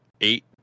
eight